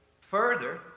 further